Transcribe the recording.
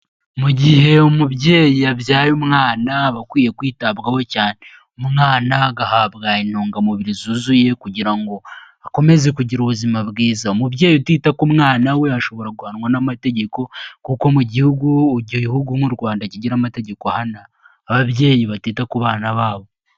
Mu gihe umubyeyi yabyaye umwana aba akwiye kwitabwaho cyane, umwana agahabwa intungamubiri zuzuye kugira ngo akomeze kugira ubuzima bwiza, umubyeyi utita ku mwana we ashobora guhanwa n'amategeko, kuko mu gihugu, igihugu nk'u Rwanda kigira amategeko ahana ababyeyi batita ku bana babo.